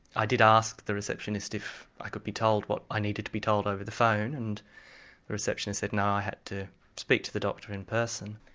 i did ask the receptionist if i could be told what i needed to be told over the phone, and the receptionist said no i had to speak to the doctor in person.